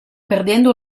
perdendo